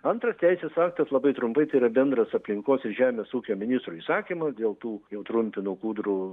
antras teisės aktas labai trumpai tai yra bendras aplinkos ir žemės ūkio ministro įsakymas dėl tų jau trumpinu kūdrų